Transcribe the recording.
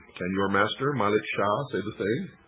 can your master, malik shah, say the same?